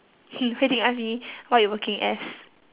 hmm hui ting ask me what you working as